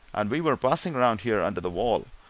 and we were passing round here, under the wall,